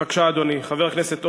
בבקשה, אדוני חבר הכנסת אורבך.